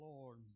Lord